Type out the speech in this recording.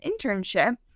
internship